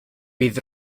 bydd